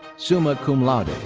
summa cum laude.